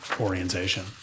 orientation